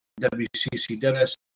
WCCWS